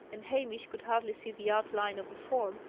and hamish could hardly see the outline of a form,